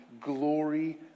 glory